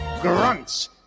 grunts